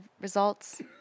results